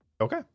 Okay